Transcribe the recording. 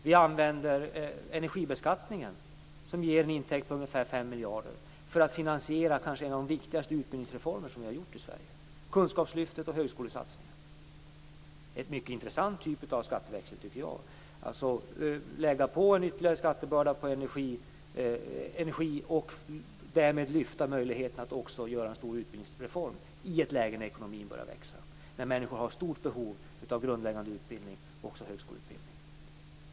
Vi använder energibeskattningen, som ger en intäkt på ungefär 5 miljarder, till att finansiera kanske en av de viktigaste utbildningsreformer vi har genomfört i Detta tycker jag är en mycket intressant typ av skatteväxling, dvs. att lägga en ytterligare skattebörda på energi och därmed få möjlighet att genomföra en stor utbildningsreform - i ett läge när ekonomin börjar växa och människor har stort behov av grundläggande utbildning och även högskoleutbildning.